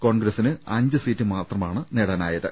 കോൺഗ്രസിന് അഞ്ചു സീറ്റ് മാത്രമാണ് നേടാനായത്